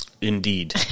Indeed